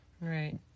Right